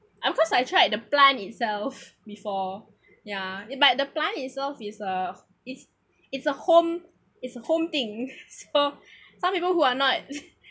of course I've tried the plant itself before yeah but the plant itself is a it's it's a home is a home thing so some people who are not